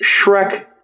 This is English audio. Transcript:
Shrek